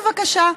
בבקשה,